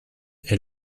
est